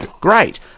great